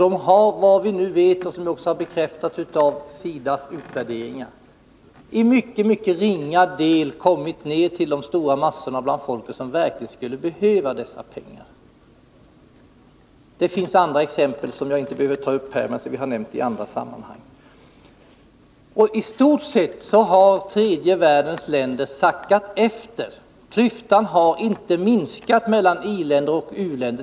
Enligt vad vi nu vet har dessa pengar — det bekräftas också av SIDA:s utvärderingar — till mycket ringa del kommit ner till de stora massor bland folket som verkligen skulle behöva pengarna. Det finns även andra exempel, som jag inte behöver ta upp här men som vi har nämnt i andra sammanhang. I stort sett har tredje världens länder sackat efter. Klyftan har inte minskat mellan ioch u-länder.